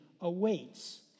awaits